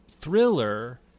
thriller